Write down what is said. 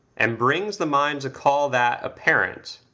and brings the mind to call that apparent,